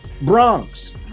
Bronx